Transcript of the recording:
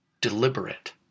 deliberate